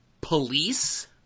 police